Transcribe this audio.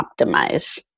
optimize